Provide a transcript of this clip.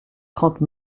trente